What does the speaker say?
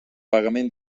pagament